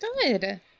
good